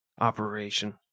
operation